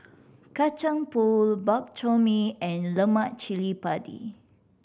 Kacang Pool Bak Chor Mee and lemak cili padi